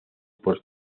por